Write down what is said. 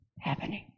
happening